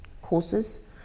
courses